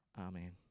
amen